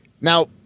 Now